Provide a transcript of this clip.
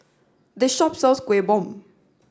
this shop sells Kuih Bom